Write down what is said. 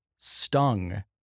stung